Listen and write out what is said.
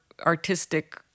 artistic